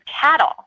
cattle